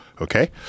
Okay